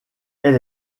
elle